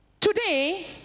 today